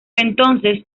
entonces